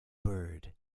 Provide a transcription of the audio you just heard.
bird